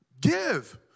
Give